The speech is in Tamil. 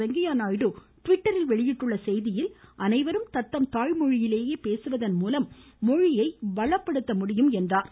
வெங்கையா நாயுடு டிவிட்டரில் வெளியிட்டுள்ள செய்தியில் அனைவரும் தத்தம் தாய்மொழியிலேயே பேசுவதன் மூலம் மொழியை வளப்படுத்த முடியும் என்றார்